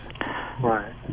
Right